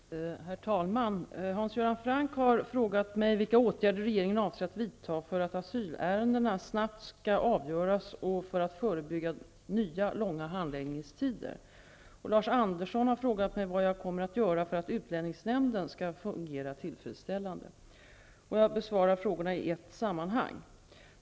Herr talman! Hans Göran Franck har frågat mig vilka åtgärder regeringen avser vidta för att asylärendena snabbt skall avgöras och för att förebygga nya långa handläggningstider. Lars Andersson har frågat mig vad jag kommer att göra för att utlänningsnämnden skall fungera tillfredsställande. Jag besvarar frågorna i ett sammanhang.